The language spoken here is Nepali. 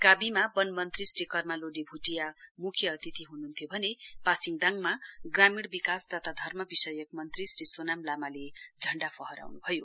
काबीमा वन मन्त्री श्री कर्मा लोडे भूटिया मुख्य अतिथि हनुहन्थ्यो भने पासिडदाङमा ग्रामीण विकास तथा धर्म विषयक मन्त्री श्री सोनाम लामाले झण्डा फहराउन्भयो